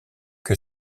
que